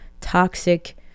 toxic